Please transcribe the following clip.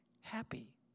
happy